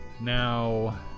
Now